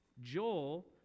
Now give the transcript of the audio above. Joel